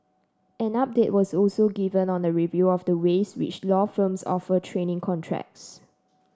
an update was also given on a review of the ways which law firms offer training contracts